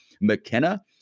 McKenna